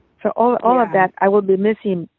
so, all all of that i will be missin'.